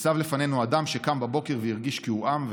ניצב לפנינו אדם שקם בבוקר והרגיש כי הוא עם,